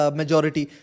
majority